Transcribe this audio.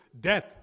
death